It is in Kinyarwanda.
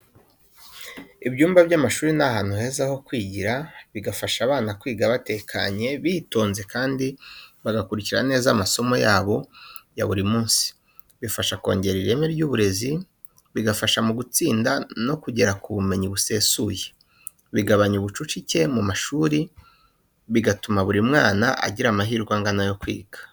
Ibyumba by’amashuri, ni ahantu heza ho kwigira, bigafasha abana kwiga batekanye, bitonze kandi bagakurikirana neza amasomo yabo ya buri munsi. Bifasha kongera ireme ry’uburezi, bigafasha mu gutsinda no kugera ku bumenyi busesuye. Bigabanya ubucucike mu mashuri, bigatuma buri mwana agira amahirwe angana yo kwiga.